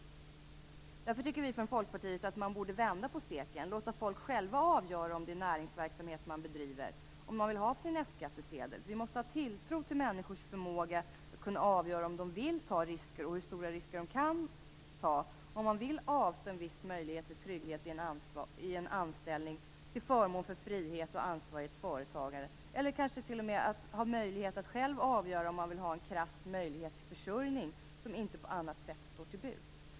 Därför tycker vi i folkpartiet att man borde vända på steken och låta folk själva avgöra om det är näringsverksamhet de bedriver och om de vill ha sin F-skattsedel. Vi måste ha tilltro till människors förmåga att avgöra om de vill ta risker och hur stora risker de kan ta, om de vill avstå en viss möjlighet till trygghet i en anställning till förmån för frihet och ansvar i ett företag. Kanske vill de t.o.m. själva avgöra om de vill ha en krass möjlighet till försörjning som inte står till buds på annat sätt.